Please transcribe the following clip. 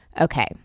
Okay